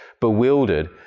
bewildered